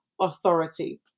authority